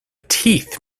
teeth